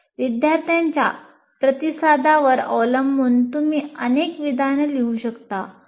विद्यार्थ्यांच्या प्रतिसादावर अवलंबून तुम्ही अनेक विधानं लिहू शकता